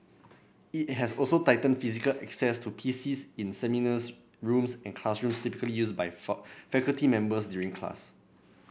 it has also tightened physical access to PCs in seminars rooms and classrooms typically used by faculty members during class